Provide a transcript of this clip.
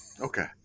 Okay